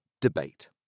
debate